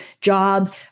job